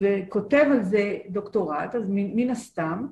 ‫וכותב על זה דוקטורט, ‫אז מן הסתם.